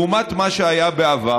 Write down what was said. לעומת מה שהיה בעבר.